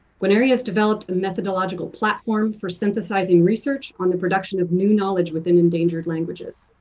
gwyneira has developed a methodlogical platform for synthesizing research on the production of new knowledge within endangered languages.